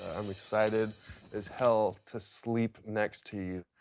i'm excited as hell to sleep next to you.